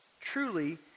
Truly